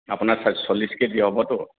আপোনাৰ চ চল্লিছ কেজিয়ে হ'বতো